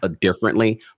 differently